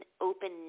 open